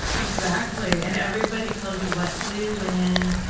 exactly. and everybody tells you what to do when,